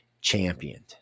championed